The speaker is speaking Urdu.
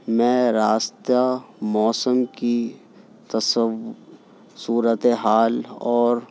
میں راستہ موسم کی صورت حال اور